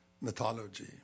mythology